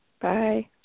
Bye